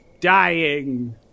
dying